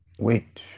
wait